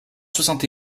soixante